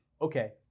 Okay